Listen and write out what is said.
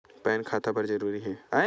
Pan खाता बर जरूरी हे?